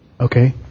Okay